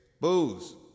booze